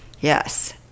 Yes